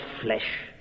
flesh